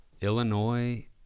Illinois